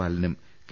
ബാലനും കെ